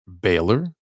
Baylor